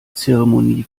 zeremonie